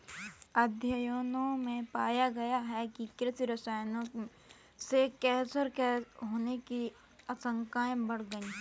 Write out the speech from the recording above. अध्ययनों में पाया गया है कि कृषि रसायनों से कैंसर होने की आशंकाएं बढ़ गई